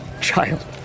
child